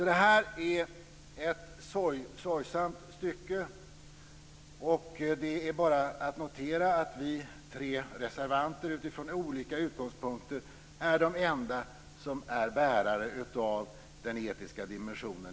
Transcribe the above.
Detta är ett sorgligt stycke. Man kan bara notera att vi tre reservanter, utifrån olika utgångspunkter, är de enda i kammaren i dag som är bärare av den etiska dimensionen.